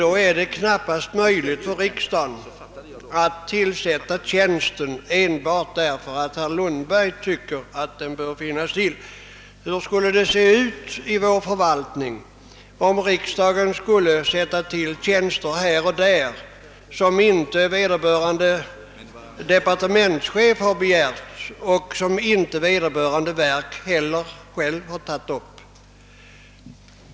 Det är knappast möjligt för riksdagen att tillsätta den tjänsten bara därför att herr Lundberg tycker att den bör inrättas. Hur skulle det se ut i vår förvaltning om riksdagen tillsatte tjänster här och där, som departementschefer inte begärt och inte heller vederbörande verk har tagit upp i sina petita?